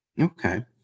Okay